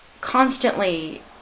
constantly